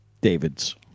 Davids